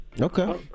Okay